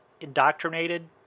indoctrinated